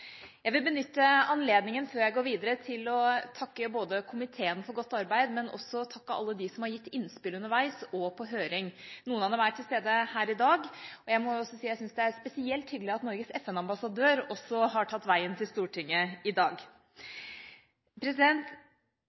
jeg benytte anledningen til å takke både komiteen for godt arbeid og dem som har gitt innspill underveis og på høring. Noen av dem er til stede her i dag, og jeg må si jeg synes det er spesielt hyggelig at også Norges FN-ambassadør har tatt veien til Stortinget.